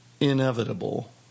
inevitable